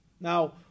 Now